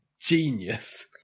genius